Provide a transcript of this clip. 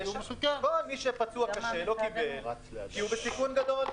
מי שפצוע קשה לא קיבל, כי הוא בסיכון גדול.